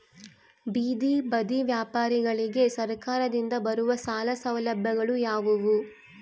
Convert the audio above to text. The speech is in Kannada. ಬೇದಿ ಬದಿ ವ್ಯಾಪಾರಗಳಿಗೆ ಸರಕಾರದಿಂದ ಬರುವ ಸಾಲ ಸೌಲಭ್ಯಗಳು ಯಾವುವು?